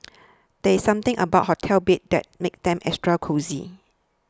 there's something about hotel beds that makes them extra cosy